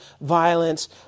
violence